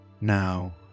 Now